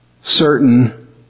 certain